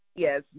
Yes